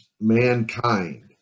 mankind